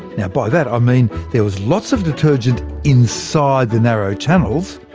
now by that i mean there was lots of detergent inside the narrow channels,